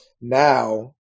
now